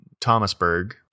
Thomasburg